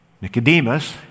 Nicodemus